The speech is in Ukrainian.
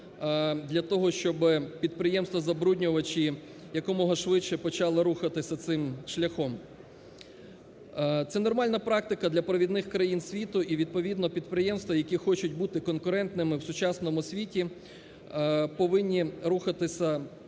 для того, щоби підприємства-забруднювачі якомога швидше почали рухатися цим шляхом. Це нормальна практика для провідних країн світу, і відповідно підприємства, які хочуть бути конкурентними в сучасному світі, повинні рухатися